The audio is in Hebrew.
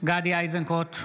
גדי איזנקוט,